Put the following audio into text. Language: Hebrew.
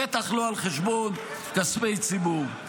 בטח לא על חשבון כספי ציבור,